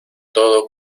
todo